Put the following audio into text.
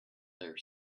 their